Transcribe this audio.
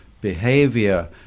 behavior